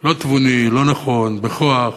לא תבוני, לא נכון, בכוח,